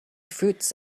fruits